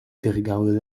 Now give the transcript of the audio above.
drgały